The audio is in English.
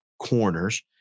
corners